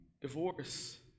divorce